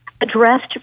addressed